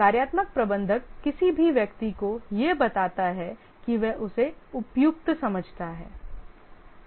कार्यात्मक प्रबंधक किसी भी व्यक्ति को यह बताता है कि वह उसे उपयुक्त समझता है